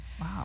Wow